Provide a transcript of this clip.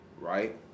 Right